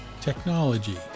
technology